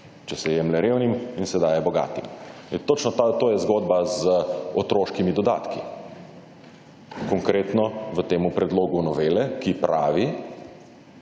Če se jemlje revnim in se daje bogatim. In točno to je zgodba z otroškimi dodatki. Konkretno v tem predlogu novele, ki pravi,